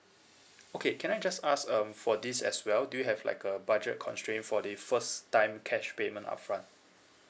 okay can I just ask um for this as well do you have like a budget constraint for the first time cash payment upfront